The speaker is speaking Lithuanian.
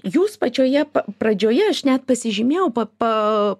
jūs pačioje pa pradžioje aš net pasižymėjau pa pa